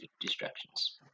distractions